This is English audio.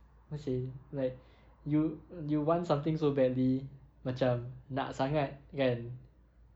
okay like yo~ you want something so badly macam nak sangat kan